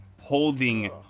holding